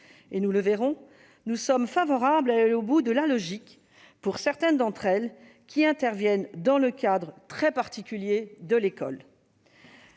nous le verrons, nous sommes favorables à aller au bout de la logique pour certaines d'entre elles, qui interviennent dans le cadre très particulier de l'école.